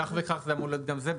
כך וכך, גם זה אמור להיות בתקנות.